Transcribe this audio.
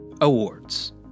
awards